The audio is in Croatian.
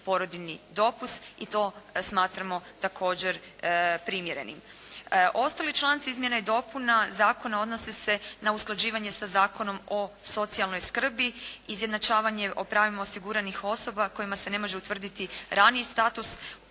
i to smatramo također primjerenim. Ostali članci izmjena i dopuna zakona odnose se na usklađivanje sa Zakonom o socijalnoj skrbi, izjednačavanje o pravima osiguranih osoba kojima se ne može utvrditi raniji status